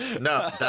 No